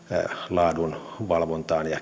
laadun valvontaan ja kehittämiseen